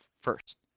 first